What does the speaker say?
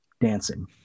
dancing